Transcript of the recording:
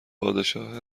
پادشاه